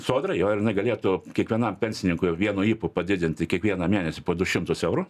sodrą jo ir jinai galėtų kiekvienam pensininkui jau vienu ypu padidinti kiekvieną mėnesį po du šimtus eurų